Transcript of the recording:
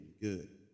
good